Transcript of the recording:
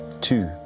two